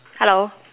hello